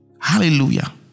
Hallelujah